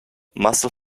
muscle